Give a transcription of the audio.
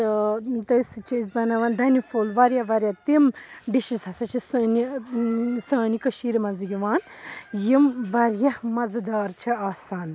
آ تہٕ أسۍ چھِ بَناوان دنہِ پھوٚل واریاہ وارِیاہ تِم ڈِشِز ہَسا چھِ سانہِ سانہِ کٔشیٖرِ منٛز یِوان یِم وارِیاہ مَزٕدار چھِ آسان